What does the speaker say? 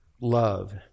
Love